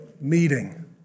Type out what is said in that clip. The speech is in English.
meeting